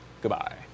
Goodbye